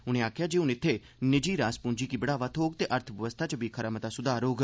उनें आखेआ जे ह्न इत्थे निजी रास पूंजी गी बढ़ावा थ्होग ते अर्थबवस्था च बी खरा मता स्धार होग